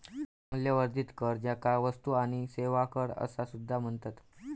मूल्यवर्धित कर, ज्याका वस्तू आणि सेवा कर असा सुद्धा म्हणतत